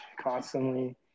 constantly